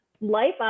life